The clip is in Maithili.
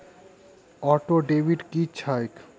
ऑटोडेबिट की छैक?